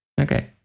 okay